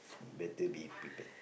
better be prepared